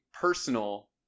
personal